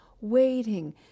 waiting